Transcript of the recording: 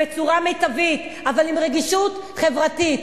בצורה מיטבית אבל עם רגישות חברתית.